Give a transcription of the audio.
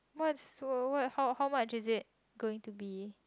what so what how how much is it going to be